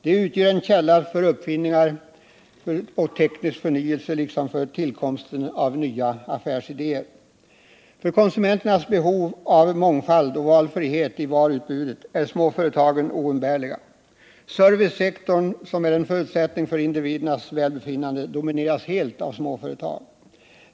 De utgör en grogrund för uppfinningar och teknisk förnyelse liksom för tillkomsten av nya affärsidéer. För konsumenternas behov av mångfald och valfrihet i varuutbudet är småföretagen oumbärliga. Servicesektorn, som är en förutsättning för individernas välbefinnande, domineras helt av småföretag.